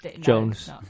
Jones